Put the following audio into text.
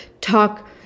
talk